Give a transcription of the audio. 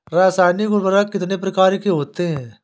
रासायनिक उर्वरक कितने प्रकार के होते हैं?